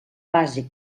base